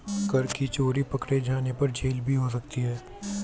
कर की चोरी पकडे़ जाने पर जेल भी हो सकती है